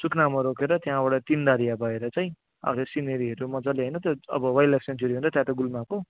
सुकनामा रोकेर त्यहाँबाट तिनधारिया भएर चाहिँ अझै सिनेरीहरू मजाले होइन त्यो अब वाइल्ड लाइफ स्याङ्चुएरी हो नि त त्यहाँ त्यो गुल्माको